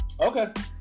Okay